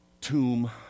tomb